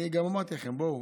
אני גם אמרתי לכם: בואו,